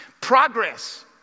Progress